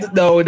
no